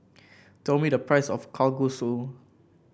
tell me the price of Kalguksu